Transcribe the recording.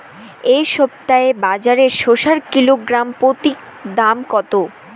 এই সপ্তাহে বাজারে শসার কিলোগ্রাম প্রতি দাম কত?